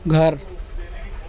گھر